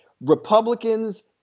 Republicans